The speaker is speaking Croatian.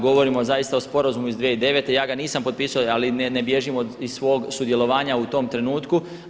Govorimo zaista o sporazumu iz 2009., ja ga nisam potpisao ali ne bježim iz svog sudjelovanja u tom trenutku.